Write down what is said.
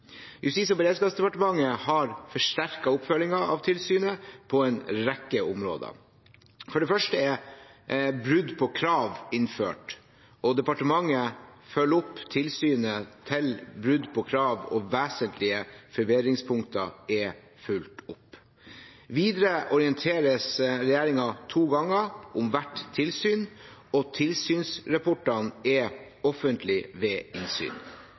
Justis- og beredskapsdepartementet har forsterket oppfølgingen av tilsynet på en rekke områder. For det første er «brudd på krav» innført. Departementet følger opp tilsynet ved brudd på krav, og vesentlige forbedringspunkter er fulgt opp. Videre orienteres regjeringen to ganger om hvert tilsyn, og tilsynsrapportene er offentlige ved innsyn.